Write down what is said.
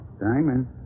Diamond